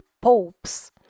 popes